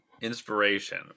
Inspiration